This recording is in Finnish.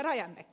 rajamäki